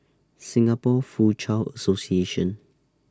Singapore Foochow Association